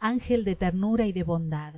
ángel de ternura y de bondad